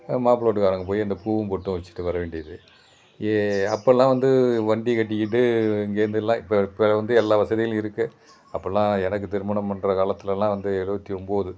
மாப்பிள வீட்டுக்காரங்கள் போய் இந்த பூவும் பொட்டும் வச்சுட்டு வர வேண்டியது ஏ அப்பெல்லாம் வந்து வண்டி கட்டிக்கிட்டு இங்கிருந்துலாம் இப்போ இப்போ வந்து எல்லா வசதிகளும் இருக்குது அப்பெல்லாம் எனக்கு திருமணம் பண்ணுற காலத்துலெல்லாம் வந்து எழுவத்தி ஒம்பது